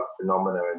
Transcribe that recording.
phenomena